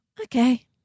okay